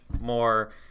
more